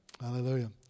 Hallelujah